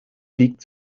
liegt